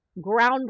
groundbreaking